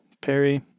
Perry